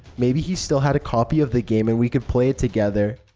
maybe he still had a copy of the game and we could play it together.